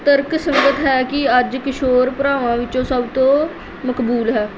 ਤਰਕਸੰਗਤ ਹੈ ਕਿ ਅੱਜ ਕਿਸ਼ੋਰ ਭਰਾਵਾਂ ਵਿੱਚੋਂ ਸਭ ਤੋਂ ਮਕਬੂਲ ਹੈ